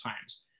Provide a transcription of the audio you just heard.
times